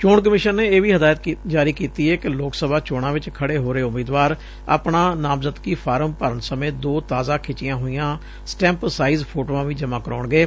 ਚੋਣ ਕਮਿਸ਼ਨ ਨੇ ਇਹ ਵੀ ਹਦਾਇਤ ਜਾਰੀ ਕੀਤੀ ਏ ਕਿ ਲੋਕ ਸਭਾ ਚੋਣਾਂ ਚ ਖੜੇ ਹੋ ਰਹੇ ਉਮੀਦਵਾਰ ਆਪਣਾ ਨਾਮਜ਼ਦਗੀ ਫਾਰਮ ਭਰਨ ਸਮੇਂ ਦੋ ਤਾਜ਼ਾ ਖਿੱਚੀਆਂ ਹੋਈਆਂ ਸਟੈਂਪ ਸਾਈਜ ਫੋਟੋਆਂ ਵੀ ਜਮੁਂ ਕਰਵਾਉਣਗੇ